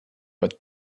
but